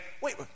wait